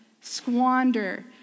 squander